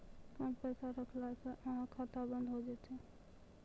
कम पैसा रखला से अहाँ के खाता बंद हो जैतै?